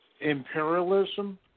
Imperialism